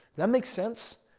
that makes sense?